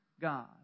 God